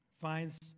finds